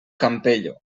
campello